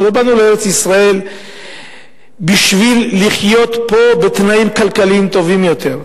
אנחנו לא באנו לארץ-ישראל בשביל לחיות פה בתנאים כלכליים טובים יותר.